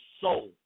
soul